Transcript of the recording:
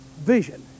vision